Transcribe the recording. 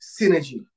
synergy